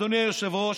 אדוני היושב-ראש,